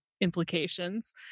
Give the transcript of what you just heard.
implications